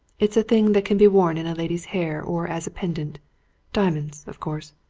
it's a thing that can be worn in a lady's hair or as a pendant diamonds, of course.